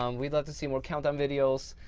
um we'd love to see more countdown videos.